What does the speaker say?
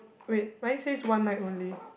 wait mine says one night only